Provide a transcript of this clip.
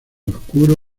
oscuro